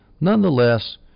nonetheless